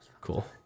Cool